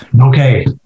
Okay